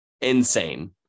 Insane